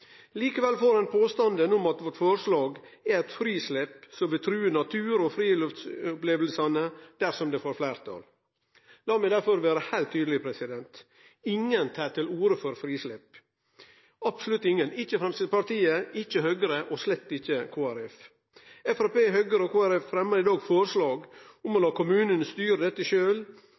Likevel får ein påstanden om at forslaget vårt er eit frislepp som vil true natur og friluftslivsopplevingar dersom det får fleirtall. Lat meg derfor vere heilt tydeleg: Ingen tek til orde for frislepp, absolutt ingen – ikkje Framstegspartiet, ikkje Høgre og slett ikkje Kristeleg Folkeparti. Framstegspartiet, Høgre og Kristeleg Folkeparti fremjar i dag forslag om å la kommunane styre dette